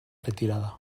retirada